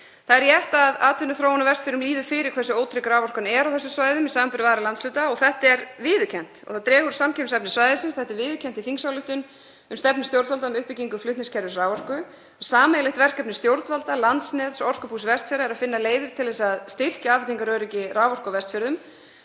Það er rétt að atvinnuþróun á Vestfjörðum líður fyrir hversu ótrygg raforkan er á þessum svæðum í samanburði við aðra landshluta. Þetta er viðurkennt og það dregur úr samkeppnishæfni svæðisins. Þetta er viðurkennt í þingsályktun um stefnu stjórnvalda um uppbyggingu flutningskerfis raforku. Sameiginlegt verkefni stjórnvalda, Landsnets og Orkubús Vestfjarða er að finna leiðir til að styrkja afhendingaröryggi raforku á Vestfjörðum.